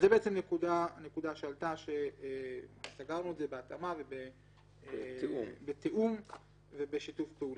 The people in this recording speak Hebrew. זו הנקודה שעלתה ושסגרנו את זה בהתאמה ובתיאום ובשיתוף פעולה.